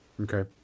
Okay